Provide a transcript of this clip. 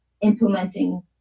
implementing